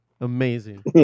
Amazing